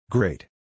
Great